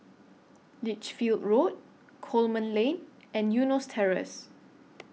Lichfield Road Coleman Lane and Eunos Terrace